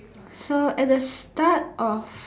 so at the start of